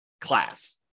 class